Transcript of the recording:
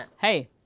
Hey